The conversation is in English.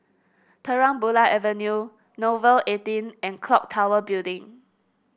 Terang Bulan Avenue Nouvel eighteen and clock Tower Building